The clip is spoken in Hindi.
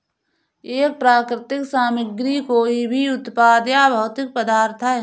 एक प्राकृतिक सामग्री कोई भी उत्पाद या भौतिक पदार्थ है